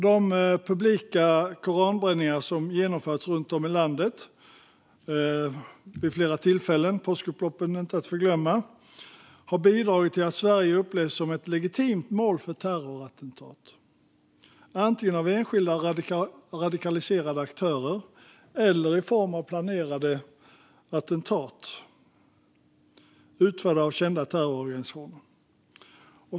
De publika koranbränningar som genomförts runt om i landet vid flera tillfällen - påskupploppen inte att förglömma - har bidragit till att Sverige upplevs som ett legitimt mål för terrorattentat, antingen av enskilda radikaliserade aktörer eller i form av planerade attentat utförda av kända terrororganisationer.